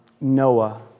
Noah